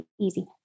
easy